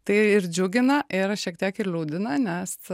tai ir džiugina ir šiek tiek ir liūdina nes